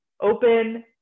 open